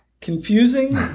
confusing